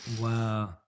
Wow